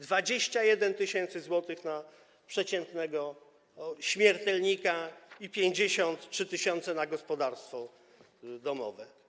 21 tys. zł na przeciętnego śmiertelnika i 53 tys. na gospodarstwo domowe.